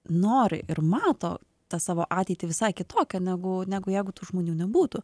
nori ir mato tą savo ateitį visai kitokią negu negu jeigu tų žmonių nebūtų